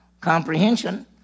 Comprehension